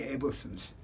Abelson's